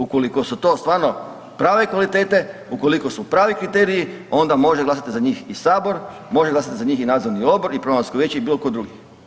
Ukoliko su to stvarno prave kvalitete, ukoliko su pravi kriteriji onda može glasati za njih i sabor, može glasati i nadzorni odbor i programsko vijeće i bilo tko drugi.